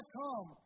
come